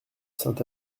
saint